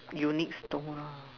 unique store lah